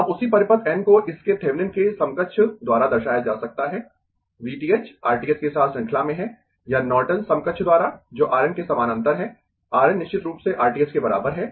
अब उसी परिपथ n को इसके थेविनिन के समकक्ष द्वारा दर्शाया जा सकता है V t h R t h के साथ श्रृंखला में है या नॉर्टन समकक्ष द्वारा जो R N के समानांतर है R N निश्चित रूप से R t h के बराबर है